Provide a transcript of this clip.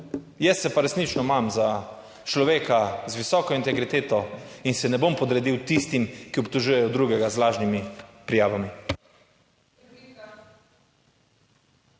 jaz se pa resnično imam za človeka z visoko integriteto in se ne bom podredil tistim, ki obtožujejo drugega z lažnimi prijavami.